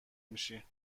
میشی